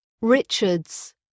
Richards